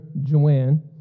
Joanne